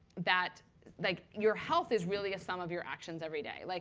that like your health is really a sum of your actions every day, like